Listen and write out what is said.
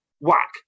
Whack